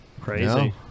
Crazy